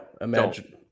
imagine